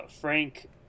Frank